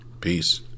Peace